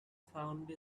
found